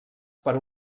per